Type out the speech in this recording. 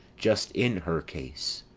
just in her case!